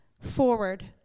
forward